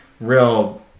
real